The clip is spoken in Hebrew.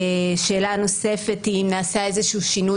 שאלה נוספת היא אם נעשה איזשהו שינוי